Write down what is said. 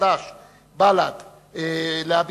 חד"ש ובל"ד בממשלה.